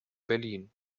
berlin